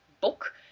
book